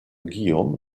guillaume